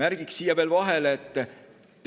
Märgiks siia veel vahele, et